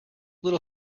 little